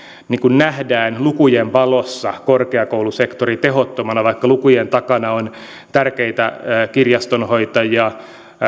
nähdään lukujen valossa korkeakoulusektori tehottomana vaikka lukujen takana on tärkeitä kirjastonhoitajia